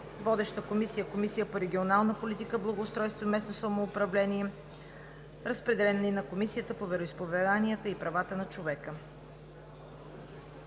Водеща е Комисията по регионална политика, благоустройство и местно самоуправление. Разпределен е и на Комисията по вероизповеданията и правата на човека.